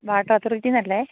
water അതോറിറ്റിയിൽ നിന്നല്ലേ